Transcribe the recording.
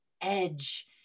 edge